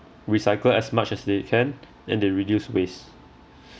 recycle as much as they can and they reduce waste